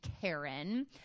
karen